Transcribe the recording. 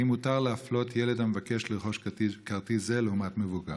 3. האם מותר להפלות ילד המבקש לרכוש כרטיס זה לעומת מבוגר?